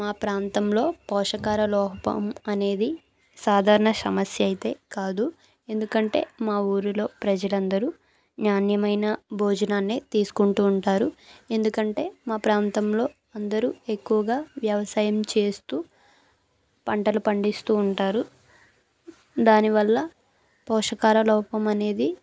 మా ప్రాంతంలో పోషకార లోహపం అనేది సాదారణ సమస్య అయితే కాదు ఎందుకంటే మా ఊరిలో ప్రజలందరూ నాణ్యమైన భోజనాన్నే తీసుకుంటూ ఉంటారు ఎందుకంటే మా ప్రాంతంలో అందరూ ఎక్కువుగా వ్యవసాయం చేస్తూ పంటలు పండిస్తూ ఉంటారు దానివల్ల పోషకార లోపం అనేది